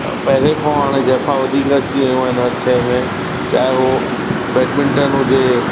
पहिरीं खां हाणे ज़ाइफ़ां वधीक अची वयूं आहिनि हर शइ में चाहे हो बैडमिंटन हुजे